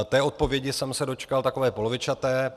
Té odpovědi jsem se dočkal takové polovičaté.